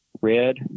Red